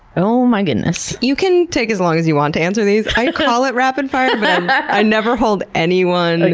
oh my goodness. you can take as long as you want to answer these. i call it rapid fire, but i never hold anyone, and